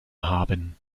haben